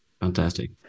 Fantastic